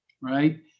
right